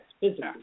physically